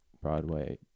Broadway